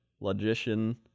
logician